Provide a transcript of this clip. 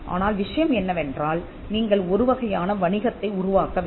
ஆனால் விஷயம் என்னவென்றால் நீங்கள் ஒரு வகையான வணிகத்தை உருவாக்க வேண்டும்